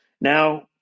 now